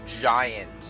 giant